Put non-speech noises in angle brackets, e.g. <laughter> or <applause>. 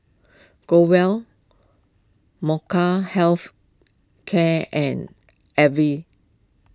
Growell <unintelligible> Health Care and Avene